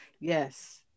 yes